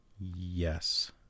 Yes